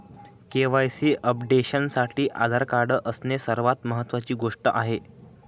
KYC अपडेशनसाठी Aadhaar card असणे सर्वात महत्वाची गोष्ट आहे